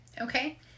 okay